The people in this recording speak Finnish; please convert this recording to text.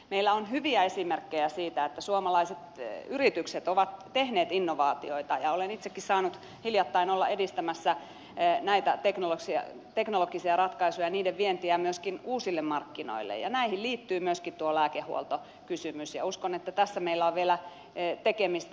meillä on hyviä esimerkkejä siitä että suomalaiset yritykset ovat tehneet innovaatioita ja olen itsekin saanut hiljattain olla edistämässä näitä teknologisia ratkaisuja ja niiden vientiä myöskin uusille markkinoille ja näihin liittyy myöskin tuo lääkehuoltokysymys mutta uskon että tässä meillä on vielä tekemistä